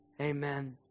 Amen